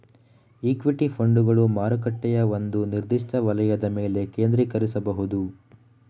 equity ಫಂಡುಗಳು ಮಾರುಕಟ್ಟೆಯ ಒಂದು ನಿರ್ದಿಷ್ಟ ವಲಯದ ಮೇಲೆ ಕೇಂದ್ರೀಕರಿಸಬಹುದು